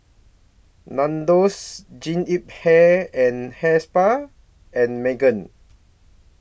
Nandos Jean Yip Hair and Hair Spa and Megan